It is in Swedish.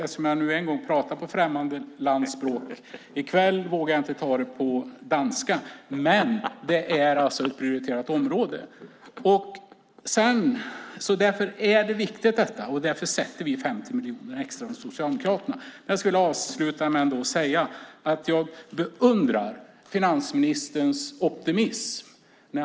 Eftersom jag nu en gång pratat på ett främmande lands språk i kväll vågar jag inte ta det på danska. Men det är ett prioriterat område. Detta är viktigt, och därför avsätter vi 50 miljoner extra från Socialdemokraterna. Jag skulle vilja avsluta med att säga att jag beundrar finansministerns optimism.